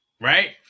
right